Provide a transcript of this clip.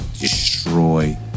destroy